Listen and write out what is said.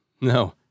No